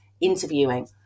interviewing